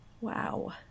wow